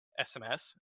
SMS